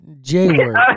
J-word